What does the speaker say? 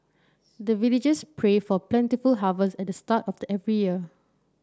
the villagers pray for plentiful harvest at the start of the every year